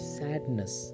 sadness